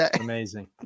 Amazing